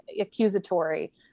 accusatory